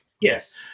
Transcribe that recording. Yes